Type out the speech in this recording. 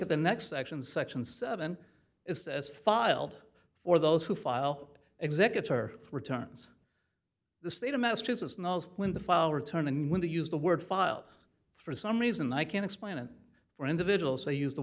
at the next section section seven is as follows for those who file executor returns the state of massachusetts knows when the file returns and when to use the word filed for some reason i can explain it for individuals they use the